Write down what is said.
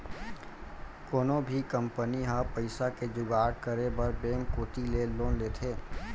कोनो भी कंपनी ह पइसा के जुगाड़ करे बर बेंक कोती ले लोन लेथे